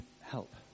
help